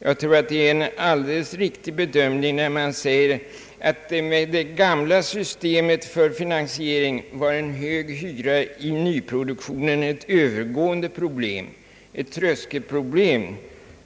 Jag tror att det är en alldeles riktig bedömning när man säger, att med det gamla systemet för finansiering var en hög hyra i nyproduktionen ett övergående problem, ett tröskelproblem,